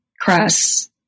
crass